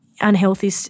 unhealthy